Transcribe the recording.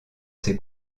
ses